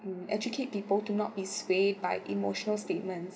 mm educate people to be sway by emotional statements